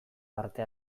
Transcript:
parte